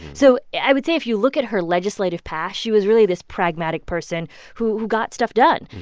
so i would say, if you look at her legislative path, she was really this pragmatic person who who got stuff done.